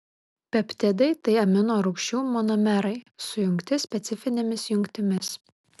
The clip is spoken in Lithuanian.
peptidai tai amino rūgčių monomerai sujungti specifinėmis jungtimis